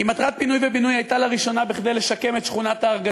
אם מטרת הפינוי והבינוי הייתה לראשונה לשקם את שכונת-הארגזים,